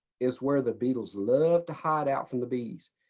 is where the beetles love to hide out from the bees.